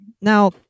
Now